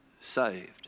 saved